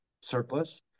surplus